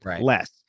less